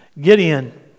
Gideon